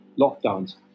lockdowns